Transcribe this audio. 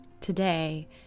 today